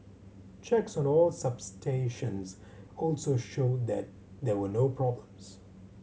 checks on all substations also showed that there were no problems